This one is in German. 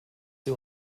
sie